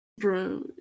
Bro